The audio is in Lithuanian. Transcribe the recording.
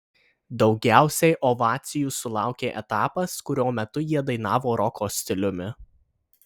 daugiausiai ovacijų sulaukė etapas kurio metu jie dainavo roko stiliumi